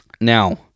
now